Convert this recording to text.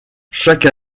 chaque